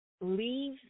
leave